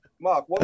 Mark